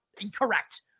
incorrect